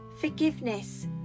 Forgiveness